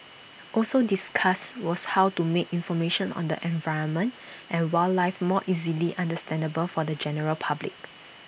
also discussed was how to make information on the environment and wildlife more easily understandable for the general public